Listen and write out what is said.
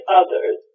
others